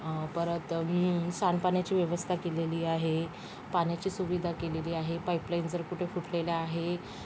परत सांडपाण्याची व्यवस्था केलेली आहे पाण्याची सुविधा केलेली आहे पाईपलाईन जर कुठे फुटलेली आहे